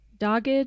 Dogged